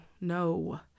no